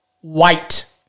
white